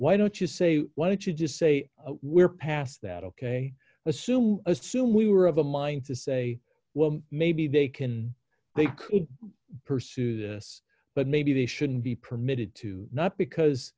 don't you say why don't you just say we're past that ok assume assume we were of a mind to say well maybe they can they could pursue this but maybe they shouldn't be permitted to not because